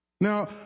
Now